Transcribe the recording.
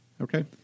Okay